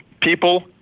people